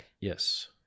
Yes